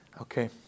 Okay